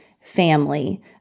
family